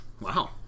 Wow